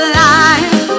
life